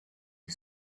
the